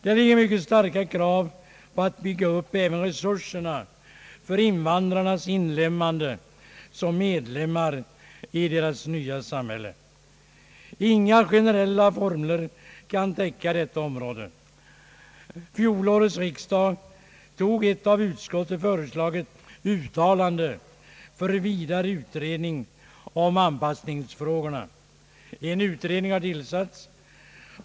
Det ligger mycket starka krav på oss att bygga upp även resurserna för invandrarnas inlemmande som medlemmar i deras nya samhälle. Inga gene Ang. utlänningspolitiken, m.m. rella formler kan täcka detta område. Fjolårets riksdag tog ett av utskottet föreslaget uttalande för vidare utredning om anpassningsfrågorna. En utredning har tillsatts.